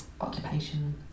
occupation